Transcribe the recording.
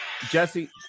Jesse